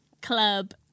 club